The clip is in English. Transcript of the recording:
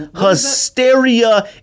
hysteria